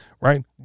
right